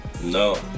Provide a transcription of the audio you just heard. No